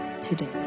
today